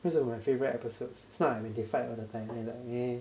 cause of my favourite episode is not like when they fight all the time